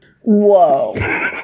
Whoa